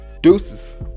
Deuces